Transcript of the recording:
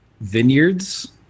vineyards